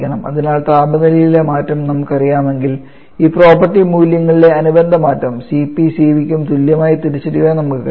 അതിനാൽ താപനിലയിലെ മാറ്റം നമുക്കറിയാമെങ്കിൽ ഈ പ്രോപ്പർട്ടി മൂല്യങ്ങളിലെ അനുബന്ധ മാറ്റം Cp Cv ക്കും തുല്യമായി തിരിച്ചറിയാൻ നമുക്ക് കഴിയണം